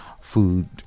food